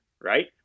right